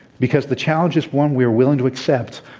because the challenge is one we are willing to accept,